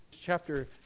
chapter